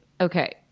okay